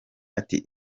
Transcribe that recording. ati